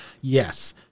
yes